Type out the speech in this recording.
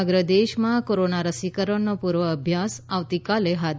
સમગ્ર દેશમાં કોરોના રસીકરણનો પૂર્વઅભ્યાસ આવતીકાલે હાથ